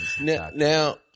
Now